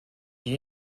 you